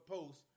Post